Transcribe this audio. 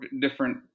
different